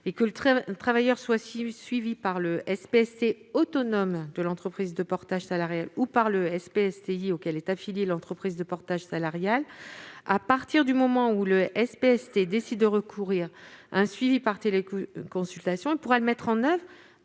Que le travailleur soit suivi par le SPST autonome de l'entreprise de portage salarial ou par le SPSTI auquel elle est affiliée, à partir du moment où le SPST décide de recourir à un suivi par téléconsultation, il pourra le mettre en oeuvre